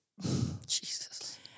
Jesus